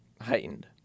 heightened